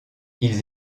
ils